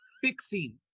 fixing